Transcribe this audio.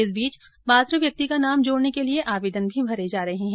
इस बीच पात्र व्यक्ति का नाम जोड़ने के लिए आवेदन भी भरे जा रहे है